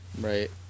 Right